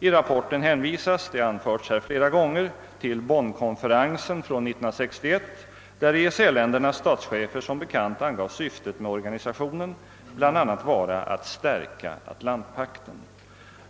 I rapporten hänvisas till Bonnkonferensen år 1961 där EEC-ländernas statschefer som bekant angav syftet med organisationen bland annat vara att stärka Atlantpakten.